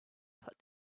put